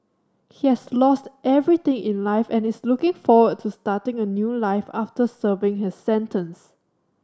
he has lost everything in life and is looking forward to starting a new life after serving his sentence